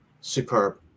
superb